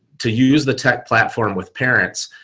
to use the tech platform with parents.